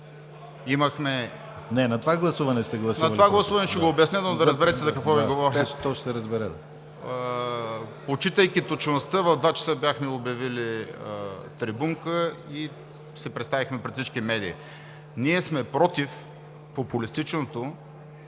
Отчитайки точността, в 14,00 часа бяхме обявили трибунка и се представихме пред всички медии. Ние сме против популистичното